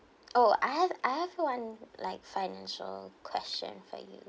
oh I have I have one like financial question for you